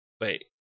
Wait